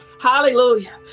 Hallelujah